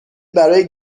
برای